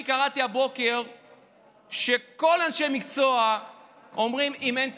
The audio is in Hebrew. אני קראתי הבוקר שכל אנשי המקצוע אומרים שאם אין תקציב,